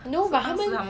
you know but 他们